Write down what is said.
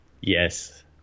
Yes